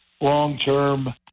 long-term